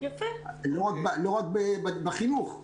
לא רק בחינוך,